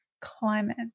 climate